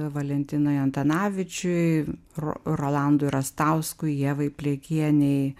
valentinui antanavičiui ro rolandui rastauskui ievai pleikienei